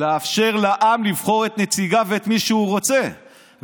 לאפשר לעם לבחור את נציגיו ואת מי שהוא רוצה,